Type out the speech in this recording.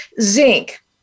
zinc